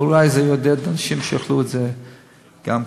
אבל אולי זה יעודד אנשים לאכול את זה גם כן.